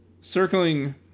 circling